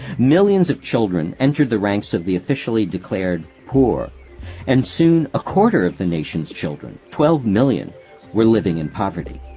millions of children entered the ranks of the officially declared poor and soon a quarter of the nation's children twelve million were living in poverty.